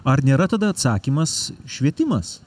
ar nėra tada atsakymas švietimas